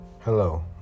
Hello